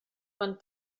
quan